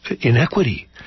inequity